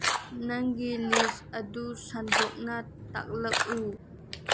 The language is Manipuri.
ꯅꯪꯒꯤ ꯂꯤꯁ ꯑꯗꯨ ꯁꯟꯗꯣꯛꯅ ꯇꯥꯛꯂꯛꯎ